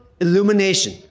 illumination